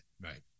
right